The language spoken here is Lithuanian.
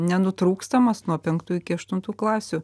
nenutrūkstamas nuo penktų iki aštuntų klasių